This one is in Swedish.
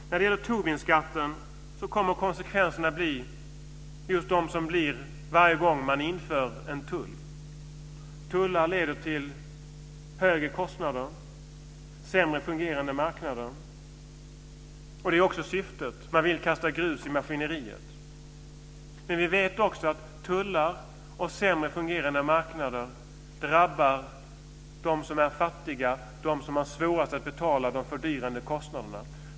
Konsekvenserna av Tobinskatten kommer att bli desamma som de alltid blir när man inför en tull. Tullar leder till högre kostnader och sämre fungerande marknader. Det är också syftet. Man vill kasta grus i maskineriet. Vi vet också att tullar och sämre fungerande marknader drabbar dem som är fattigast, dem som har svårast att betala de fördyrande kostnaderna.